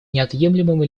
неотъемлемым